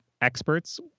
experts